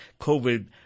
COVID